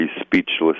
speechless